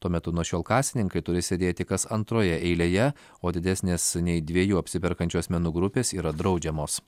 tuo metu nuo šiol kasininkai turi sėdėti kas antroje eilėje o didesnės nei dviejų apsiperkančių asmenų grupės yra draudžiamos